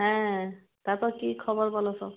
হ্যাঁ তারপর কী খবর বল সব